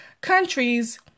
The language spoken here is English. countries